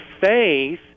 faith